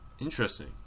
Interesting